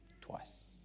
twice